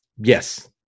Yes